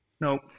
Nope